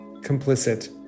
complicit